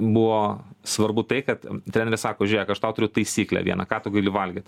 buvo svarbu tai kad treneris sako žiūrėk aš tau turiu taisyklę vieną ką tu gali valgyt